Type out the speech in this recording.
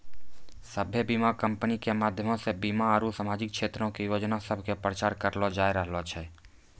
सभ्भे बीमा कंपनी के माध्यमो से बीमा आरु समाजिक क्षेत्रो के योजना सभ के प्रचार करलो जाय रहलो छै